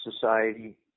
society